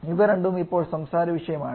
ഇവ രണ്ടും ഇപ്പോൾ സംസാര വിഷയമാണ്